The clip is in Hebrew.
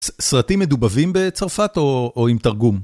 סרטים מדובבים בצרפת או עם תרגום?